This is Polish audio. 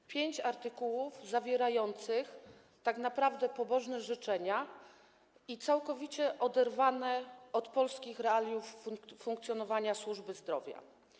To pięć artykułów zawierających tak naprawdę pobożne życzenia całkowicie oderwane od polskich realiów funkcjonowania służby zdrowia.